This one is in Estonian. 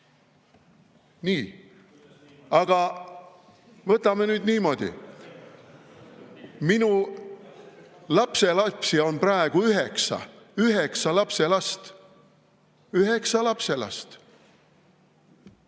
Nii! Aga võtame nüüd niimoodi. Minu lapselapsi on praegu üheksa. Üheksa lapselast. Üheksa lapselast!